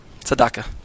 Tzedakah